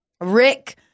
Rick